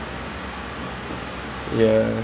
that's so true he's like super biased